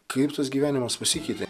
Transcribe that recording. kaip tas gyvenimas pasikeitė